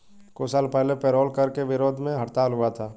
कुछ साल पहले पेरोल कर के विरोध में हड़ताल हुआ था